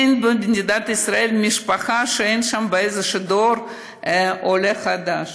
אין במדינת ישראל משפחה שאין שם באיזשהו דור עולה חדש.